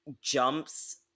jumps